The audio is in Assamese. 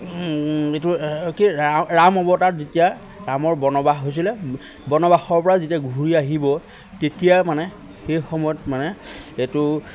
এইটো কি ৰা ৰাম অৱতাৰত যেতিয়া ৰামৰ বনবাস হৈছিলে বনবাসৰ পৰা যেতিয়া ঘূৰি আহিব তেতিয়া মানে সেই সময়ত মানে এইটো